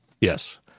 Yes